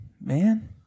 man